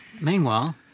meanwhile